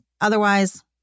Otherwise